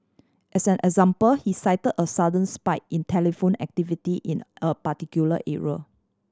as an example he cite a sudden spike in telephone activity in a particular area